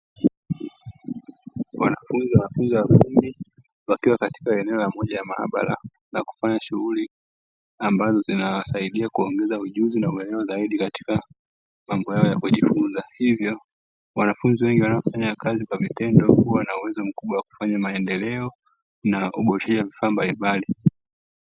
Wanafunzi wakiwa katika eneo la maabara na kufanya shughuli ambazo zinasaidia kuongeza ujuzi katika mambo yao wanaojifunza, hivyo wanafunzi wengi wanaofanya kazi kwa vitendo huwa na uwezo wa kufanya maendeleo na kuweza kufika mbali.